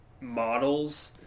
models